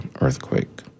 earthquake